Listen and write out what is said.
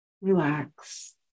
relax